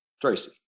Tracy